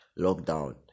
lockdown